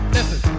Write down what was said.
Listen